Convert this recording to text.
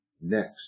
next